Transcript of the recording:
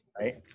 right